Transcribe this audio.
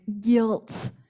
guilt